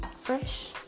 Fresh